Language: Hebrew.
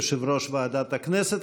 יושב-ראש ועדת הכנסת.